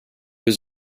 was